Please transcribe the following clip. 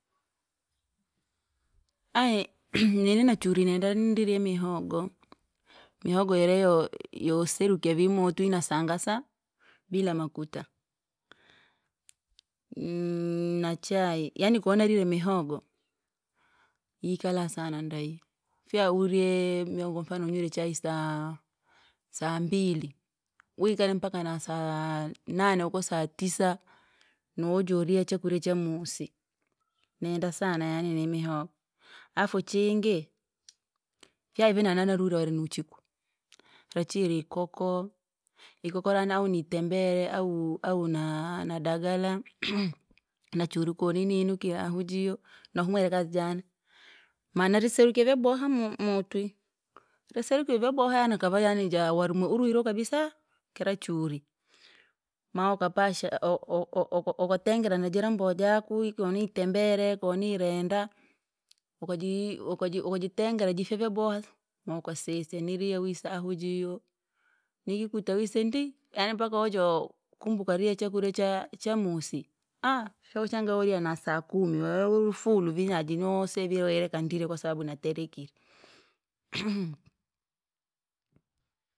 Ayi nini nachuri nenda ndirye mihogo, mihogo iriyo yoserakya vii motwi nasangasa, bila makuta, nh- nachai yaani konarire mihogo, yikala sana ndai, fyaure! Mihogo kwamfano unywire chai saa- saambili. Wikale mpaka na- saa- nane uko saa tisa, nawojoriya chakrya chamusi, nenda sana yani ni mihogo. Afu chingi, fyaive nanaruwire wari nuchiku, twachire ikoko, ikoko rani ahu nitembere, au- au- na- nadagala, nachui kaninumukire ahu jiyo. Nahumwire kazi jani, maana riserukye vyaboha mu- motwi, raserukire vyabohaa nakava yaani jawani wene uruwirase kabisa! Kiro churi. Ma ukapasha o- o- o- oko- okatengera najira mbowe jakwi koni itembere, koni irenda, wokojii wokaji wokajitengera jifye vyabohasi. Mukasisinilie niri ya wise ahuu jiyo, nikikuta wise ndii, yaani mpako wajo kumbuka riya chakurya cha- chamusi, aah funshanga woriya na saa kumi weuri fulu vii vinyaji nyoose vii uileka ndile kwasababu naterekire.